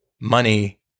Money